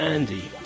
Andy